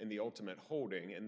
and the ultimate holding and